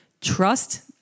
Trust